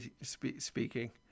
speaking